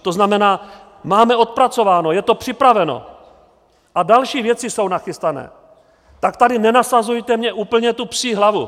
To znamená, máme odpracováno, je to připraveno a další věci jsou nachystané, tak tady nenasazujte mně úplně tu psí hlavu.